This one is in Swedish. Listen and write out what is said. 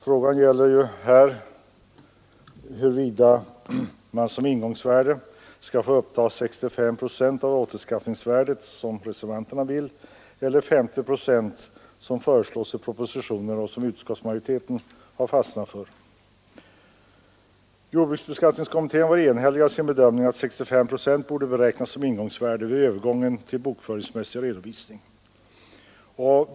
Frågan gäller där huruvida man som ingångsvärde skall få ta upp 65 procent av återanskaffningsvärdet, vilket reservanterna vill, eller 50 procent, som föreslås i propositionen och som utskottsmajoriteten stannat för. Jordbruksbeskattningskommittén var enhällig i sin bedömning att 65 procent borde beräknas som ingångsvärde vid övergång till bokföringsmässig redovisning.